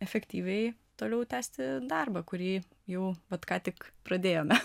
efektyviai toliau tęsti darbą kurį jau vat ką tik pradėjome